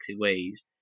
ways